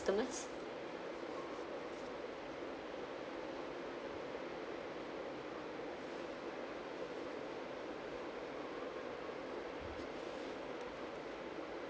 customers